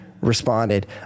responded